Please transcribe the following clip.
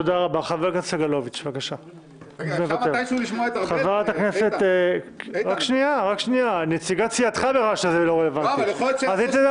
אני מוטרדת ממה שאנחנו עושים כאן, מזה שכל